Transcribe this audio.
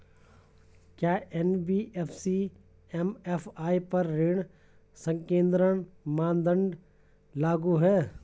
क्या NBFC MFI पर ऋण संकेन्द्रण मानदंड लागू हैं?